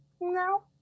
No